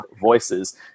voices